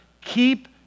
Keep